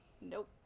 Nope